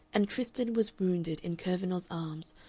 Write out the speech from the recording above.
and tristan was wounded in kurvenal's arms,